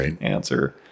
answer